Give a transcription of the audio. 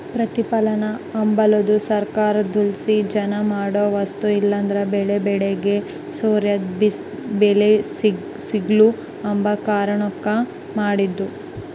ಪ್ರತಿಪಲನ ಅಂಬದು ಸರ್ಕಾರುದ್ಲಾಸಿ ಜನ ಮಾಡೋ ವಸ್ತು ಇಲ್ಲಂದ್ರ ಬೆಳೇ ಬೆಳಿಗೆ ಸರ್ಯಾದ್ ಬೆಲೆ ಸಿಗ್ಲು ಅಂಬ ಕಾರಣುಕ್ ಮಾಡಿದ್ದು